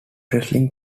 wrestling